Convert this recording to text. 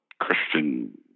Christian